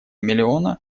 миллиона